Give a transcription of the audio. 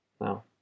now